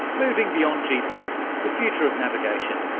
moving beyond gps, the future of navigation,